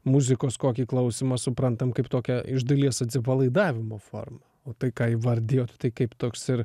muzikos kokį klausymą suprantam kaip tokią iš dalies atsipalaidavimo formą o tai ką įvardijot tai kaip toks ir